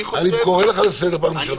אני קורא לך לסדר פעם ראשונה.